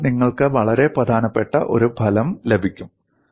അതിനാൽ നിങ്ങൾക്ക് വളരെ പ്രധാനപ്പെട്ട ഒരു ഫലം ലഭിക്കും